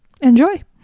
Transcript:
enjoy